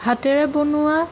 হাতেৰে বনোৱা